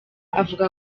avuga